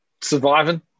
Surviving